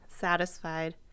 satisfied